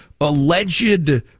alleged